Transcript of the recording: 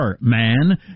man